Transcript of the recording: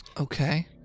Okay